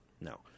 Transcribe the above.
No